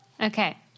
Okay